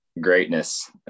greatness